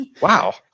Wow